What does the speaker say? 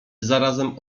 zarazem